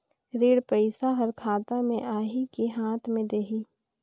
ऋण पइसा हर खाता मे आही की हाथ मे देही?